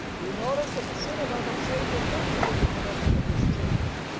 you notice that the synagogue of satan is mentioned in the connection of this church,